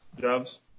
jobs